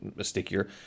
stickier